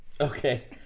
Okay